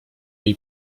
jej